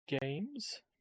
Games